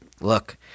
look